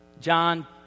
John